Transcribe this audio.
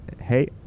Hey